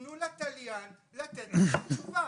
תנו לתליין לתת לכם תשובה.